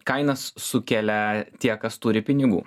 kainas sukelia tie kas turi pinigų